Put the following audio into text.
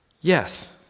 yes